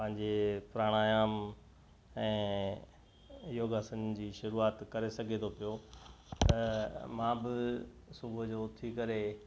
पंहिंजे प्राणायाम ऐं योगासन जी शुरूआति करे सघे थो पियो त मां बि सुबुह जो उथी करे